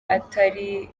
atari